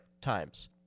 times